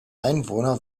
einwohner